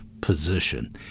position